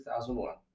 2001